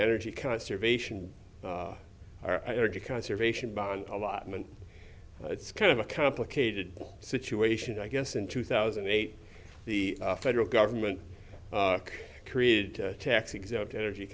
energy conservation our energy conservation bond allotment it's kind of a complicated situation i guess in two thousand and eight the federal government created tax exempt energy